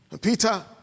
Peter